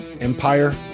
Empire